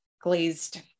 glazed